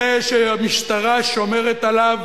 זה שהמשטרה שומרת עליו